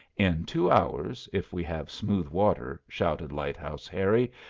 in two hours, if we have smooth water, shouted lighthouse harry,